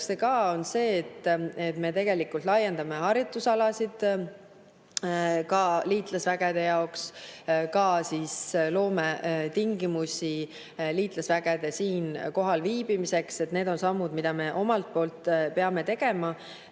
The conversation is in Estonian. on see, et me tegelikult laiendame harjutusalasid ka liitlas[üksuste] jaoks, loome tingimusi liitlas[üksuste] siin kohalviibimiseks. Need on sammud, mida me omalt poolt peame tegema.